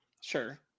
Sure